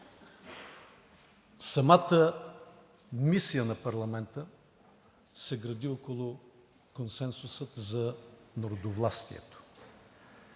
Самата мисия на парламента се гради около консенсуса за народовластието.